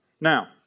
Now